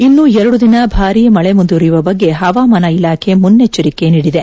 ಇನ್ನೂ ಎರಡು ದಿನ ಭಾರೀ ಮಳೆ ಮುಂದುವರಿಯುವ ಬಗ್ಗೆ ಹವಾಮಾನ ಇಲಾಖೆ ಮುನ್ನೆಚ್ಚರಿಕೆ ನೀಡಿದೆ